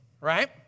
right